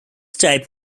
type